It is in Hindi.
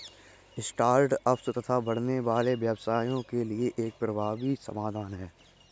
स्टार्ट अप्स तथा बढ़ने वाले व्यवसायों के लिए यह एक प्रभावी समाधान है